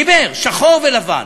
דיבר, שחור ולבן.